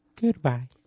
Goodbye